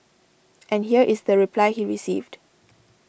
and here is the reply he received